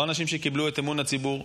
לא אנשים שקיבלו את אמון הציבור,